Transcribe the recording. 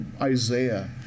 Isaiah